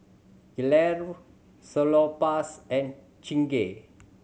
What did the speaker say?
Gelare Salonpas and Chingay